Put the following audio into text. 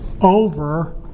over